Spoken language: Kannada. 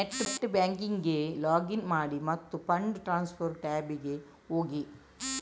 ನೆಟ್ ಬ್ಯಾಂಕಿಂಗಿಗೆ ಲಾಗಿನ್ ಮಾಡಿ ಮತ್ತು ಫಂಡ್ ಟ್ರಾನ್ಸ್ಫರ್ ಟ್ಯಾಬಿಗೆ ಹೋಗಿ